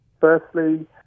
Firstly